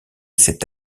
cet